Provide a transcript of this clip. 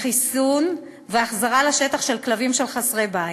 חיסון והחזרה לשטח של כלבים חסרי בית.